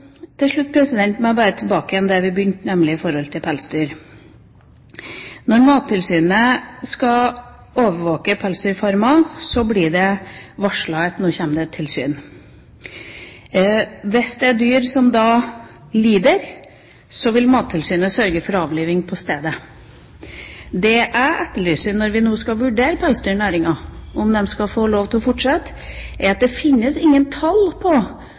Til slutt må jeg tilbake til det jeg begynte med, nemlig pelsdyr. Når Mattilsynet skal overvåke pelsdyrfarmer, blir det varslet at det kommer tilsyn. Hvis det er dyr som lider, vil Mattilsynet sørge for avliving på stedet. Det jeg etterlyser – når vi nå skal vurdere om pelsdyrnæringen skal få lov til å fortsette – er tall på